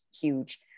huge